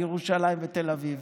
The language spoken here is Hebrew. לירושלים ותל אביב.